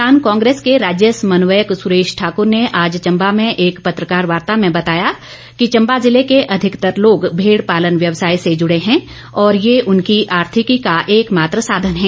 किसान कांग्रेस के राज्य समन्वयक सुरेश ठाकर ने आज चंबा में एक पत्रकार वार्ता में बताया कि चंबा जिले के अधिकतर लोग भेड़ पालन व्यवसाय से जुड़े हैं और ये उनकी आर्थिकी का एक मात्र साधन है